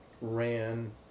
ran